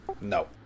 No